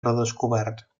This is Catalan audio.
redescobert